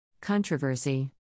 Controversy